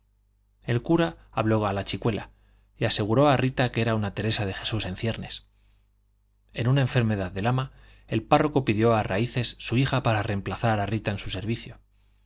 el cura habló a la chicuela y aseguró a rita que era una teresa de jesús en ciernes en una enfermedad del ama el párroco pidió a raíces su hija para reemplazar a rita en su servicio